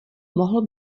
mohl